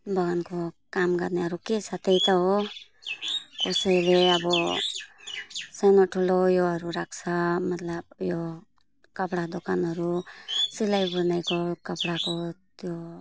बगानको काम गर्नेहरू के छ त्यही त हो कसैले अब सानोठुलो उयोहरू राख्छ मतलब यो कपडा दोकानहरू सिलाईबुनाईको कपडाको त्यो